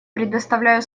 предоставляю